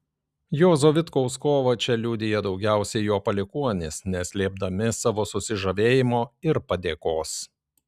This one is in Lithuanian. juozo vitkaus kovą čia liudija daugiausiai jo palikuonys neslėpdami savo susižavėjimo ir padėkos